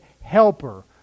helper